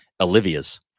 Olivia's